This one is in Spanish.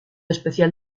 especial